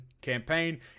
campaign